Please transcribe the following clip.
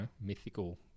mythical